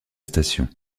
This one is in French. station